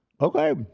Okay